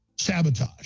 sabotage